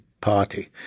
party